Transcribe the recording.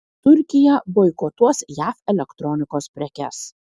turkija boikotuos jav elektronikos prekes